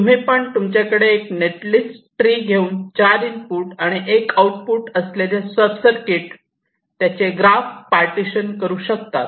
तुम्ही पण तुमच्याकडे एक नेटलिस्ट ट्रि घेऊन चार इनपुट आणि एक आऊटपुट असलेले सब सर्किट त्याचे ग्राफ पार्टिशन करू शकतात